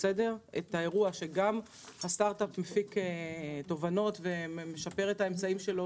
כשגם הסטרטאפ מפיק תובנות ומשפר את האמצעים שלו,